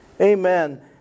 Amen